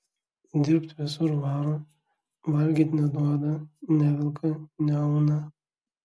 dirbt visur varo valgyt neduoda nevelka neauna